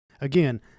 Again